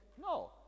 No